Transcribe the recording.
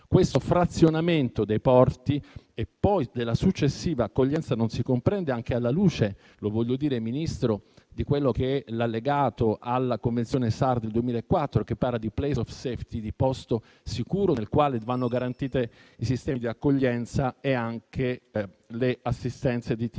Questo frazionamento dei porti e poi della successiva accoglienza non si comprende, anche alla luce - lo voglio ricordare, signor Ministro - dell'allegato alla convenzione SAR del 2004 che parla di *place of safety*, di luogo sicuro, nel quale vanno garantiti i sistemi di accoglienza e anche le assistenze di tipo psicologico.